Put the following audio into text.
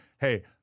hey